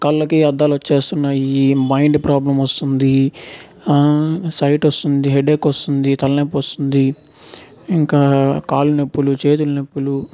కళ్ళకి అద్దాలు వస్తున్నాయి మైండ్ ప్రాబ్లం వస్తుంది సైట్ వస్తుంది హెడేక్ వస్తుంది తలనొప్పి వస్తుంది ఇంకా కాళ్ళనొప్పులు చేతులు నొప్పులు